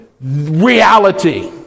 reality